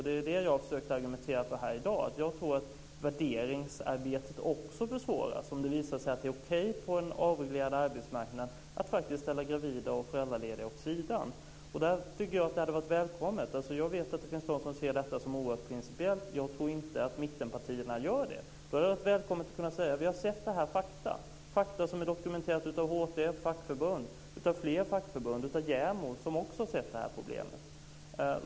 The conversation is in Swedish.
Det är det jag har försökt argumentera för här i dag: Jag tror att värderingsarbetet också försvåras om det visar sig att det är okej på en avreglerad arbetsmarknad att ställa gravida och föräldralediga åt sidan. Jag vet att det finns de som ser detta som oerhört principiellt. Jag tror inte att mittenpartierna gör det. Då hade varit välkommet att säga: Vi har sett att detta är fakta, fakta som är dokumenterade av HTF:s fackförbund och andra fackförbund och av JämO, som också har sett det här problemet.